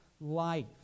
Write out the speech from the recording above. life